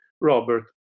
Robert